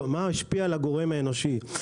מה השפיע על הגורם האנושי.